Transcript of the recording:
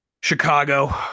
Chicago